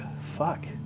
fuck